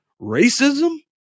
racism